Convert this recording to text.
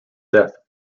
death